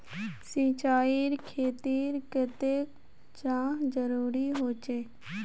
सिंचाईर खेतिर केते चाँह जरुरी होचे?